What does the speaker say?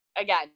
again